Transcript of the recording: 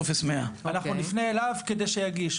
אנחנו נפנה אליו כדי שיגיש.